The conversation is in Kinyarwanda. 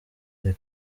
iri